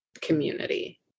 community